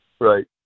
right